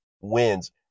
wins